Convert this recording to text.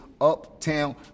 Uptown